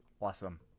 awesome